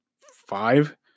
five